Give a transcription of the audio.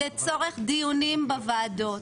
לצורך דיונים בוועדות,